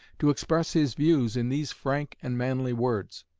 to express his views in these frank and manly words